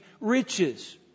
riches